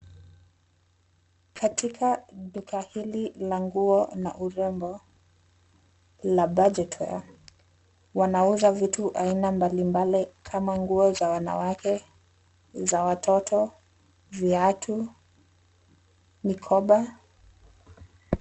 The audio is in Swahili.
Katika duka hili la nguo na urembo, la budget wear , wanauza vitu mbalimbali kama nguo za wanawake, za watoto, viatu , mikoba.